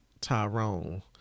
Tyrone